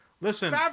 listen